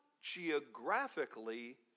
geographically